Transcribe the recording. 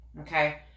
Okay